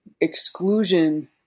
exclusion